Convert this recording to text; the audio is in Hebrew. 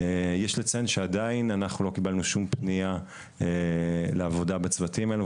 יש לציין שעדיין אנחנו לא קיבלנו שום פנייה לעבודה בצוותים האלו,